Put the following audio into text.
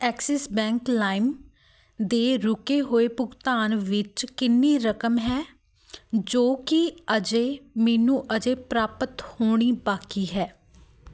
Axis bank claim ਦੇ ਰੁਕੇ ਹੋਏ ਭੁਗਤਾਨ ਵਿੱਚ ਕਿੰਨੀ ਰਕਮ ਹੈ ਜੋ ਕਿ ਅਜੇ ਮੈਨੂੰ ਹਾਲੇ ਪ੍ਰਾਪਤ ਹੋਣੀ ਬਾਕੀ ਹੈ